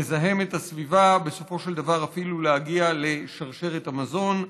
לזהם את הסביבה ובסופו של דבר אפילו להגיע לשרשרת המזון.